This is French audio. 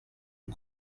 eût